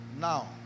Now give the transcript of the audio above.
Now